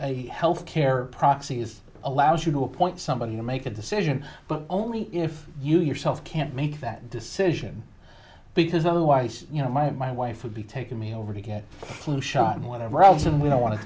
a health care proxy is allows you to appoint somebody to make a decision but only if you yourself can't make that decision because otherwise you know my and my wife would be taking me over to get flu shot and whatever else and we don't want to